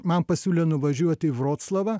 man pasiūlė nuvažiuoti į vroclavą